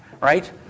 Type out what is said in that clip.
right